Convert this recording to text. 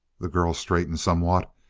the girl straightened somewhat,